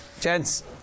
Gents